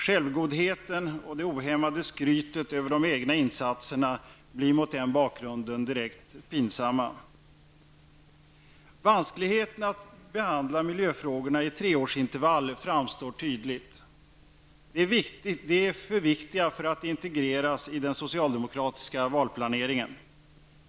Självgodheten och det ohämmade skrytet över de egna insatserna blir mot den bakgrunden direkt pinsamma. Vanskligheten att behandla miljöfrågorna i treårsintervall framstår tydligt. De är för viktiga för att integreras i den socialdemokratiska valplaneringen.